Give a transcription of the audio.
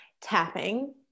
Tapping